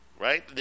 right